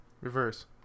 Reverse